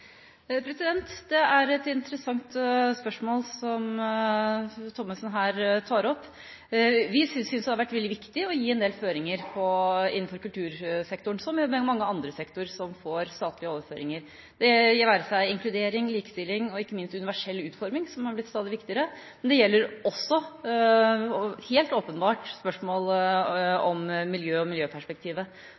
Det er et interessant spørsmål som Thommessen her tar opp. Vi synes det har vært veldig viktig å gi en del føringer innenfor kultursektoren, som innenfor mange andre sektorer som får statlige overføringer – det være seg inkludering, likestilling eller ikke minst universell utforming, som har blitt stadig viktigere, men det gjelder også helt åpenbart spørsmålet om miljø og miljøperspektivet.